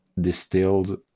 distilled